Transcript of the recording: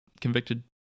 convicted